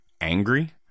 angry